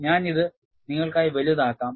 ഞാൻ ഇത് നിങ്ങൾക്കായി വലുതാക്കാം